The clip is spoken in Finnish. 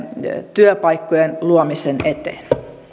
työpaikkojen luomisen eteen